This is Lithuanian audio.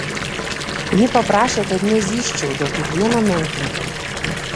ji paprašė kad nezyzčiau dėl kiekvieno menkniekio